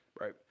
Right